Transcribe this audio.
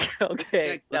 Okay